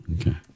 Okay